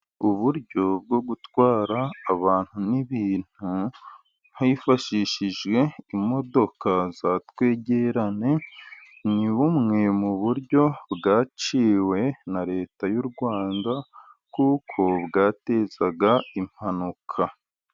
Uburyo bwo gutwara abantu n'ibintu hifashishijwe imodoka za twegerane, ni bumwe mu buryo bwaciwe na Leta y'u Rwanda kuko bwatezaga impanuka.